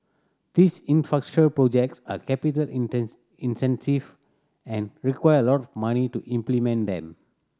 these projects are capital incentive and require a lot of money to implement them